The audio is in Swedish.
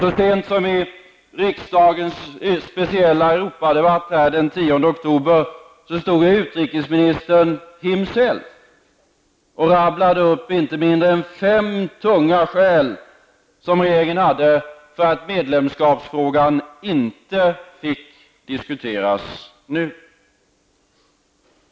Så sent som i riksdagens speciella Europadebatt den 10 oktober stod utrikesministern själv och radade upp inte mindre än fem tunga skäl som regeringen hade för att medlemskapsfrågan inte fick diskuteras nu.